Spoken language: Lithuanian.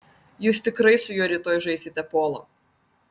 jūs tikrai su juo rytoj žaisite polą